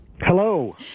Hello